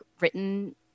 written